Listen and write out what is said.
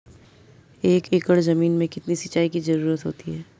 एक एकड़ ज़मीन में कितनी सिंचाई की ज़रुरत होती है?